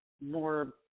more